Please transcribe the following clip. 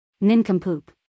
Nincompoop